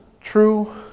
true